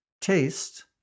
taste